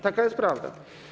Taka jest prawda.